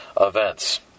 events